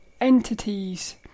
entities